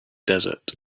desert